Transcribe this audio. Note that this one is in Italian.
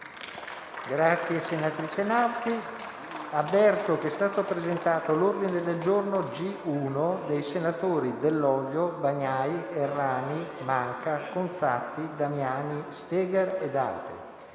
finestra"). Comunico che è stato presentato l'ordine del giorno G1, dei senatori Dell'Olio, Bagnai, Errani, Manca, Conzatti, Damiani, Steger ed altri,